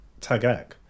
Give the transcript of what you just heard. tagak